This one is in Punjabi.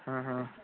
ਹੂੰ ਹੂੰ